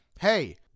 hey